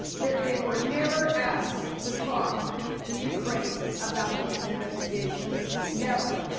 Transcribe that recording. that they were never asked to talk to ukraine about these investigations. never.